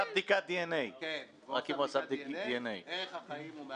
יש שם 80 מיליון שקל בהרשאה להתחייב ועוד